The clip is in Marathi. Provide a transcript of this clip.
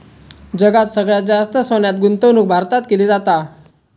जगात सगळ्यात जास्त सोन्यात गुंतवणूक भारतात केली जाता